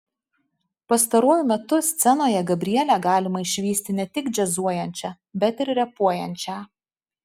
pastaruoju metu scenoje gabrielę galima išvysti ne tik džiazuojančią bet ir repuojančią